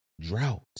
drought